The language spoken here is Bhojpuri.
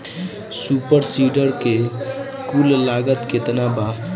सुपर सीडर के कुल लागत केतना बा?